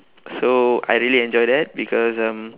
so I really enjoy that because um